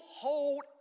hold